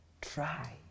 try